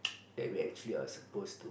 that we actually are supposed to